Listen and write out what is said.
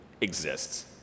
exists